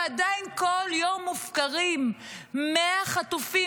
ועדיין כל יום מופקרים 100 חטופים,